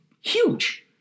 huge